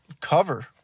cover